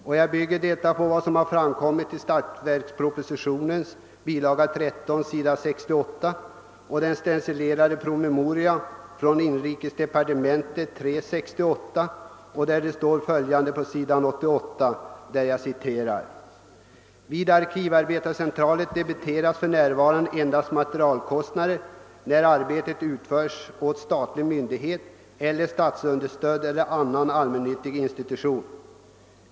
Min oro grundar sig på vad som står på s. 68 i bilaga 13 till årets statsverksproposition och i en promemoria från inrikesdepartementet, betecknad In Stencil 1968:3. Jag citerar från s. 88 i promemorian: »Vid arkivarbetscentralerna debiteras f.n. endast materialkostnaderna när arbetet utföres åt statlig myndighet eller statsunderstödd eller annan allmännyttig institution.